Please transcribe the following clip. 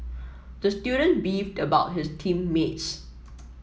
the student beefed about his team mates